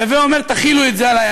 הווי אומר, תחילו את זה עלי.